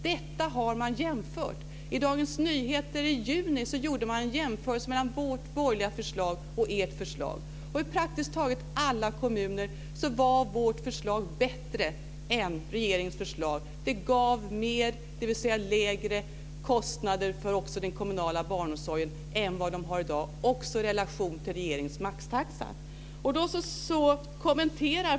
Här har det gjorts jämförelser. I juni gjordes i Dagens Nyheter en jämförelse mellan vårt borgerliga förslag och ert förslag. I praktiskt taget alla kommuner var vårt förslag bättre än regeringens förslag. Vårt förslag gav mer, dvs. lägre kostnader för den kommunala barnomsorgen än som i dag är fallet - också i relation till regeringens maxtaxa.